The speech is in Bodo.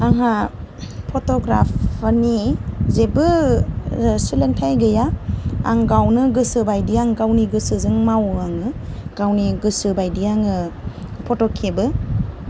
आंहा फट'ग्राफिनि जेबो सोलोंथाय गैया आं गावनो गोसो बायदि आं गावनि गोसोजों मावो आङो गावनि गोसो बायदि आङो फट' खेबो